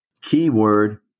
Keyword